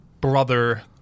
brother